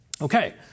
Okay